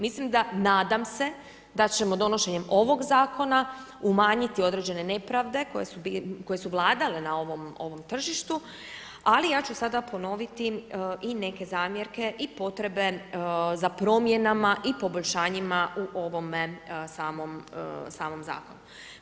Mislim da, nadam se da ćemo donošenjem ovog zakona umanjiti određene nepravde koje su vladale na ovom tržištu, ali ja ću sada ponoviti i neke zamjerke i potrebe za promjenama i poboljšanjima u ovome samom zakonu.